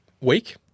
week